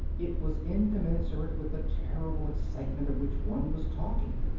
it was incommensurate with the terrible excitement of which one was talking.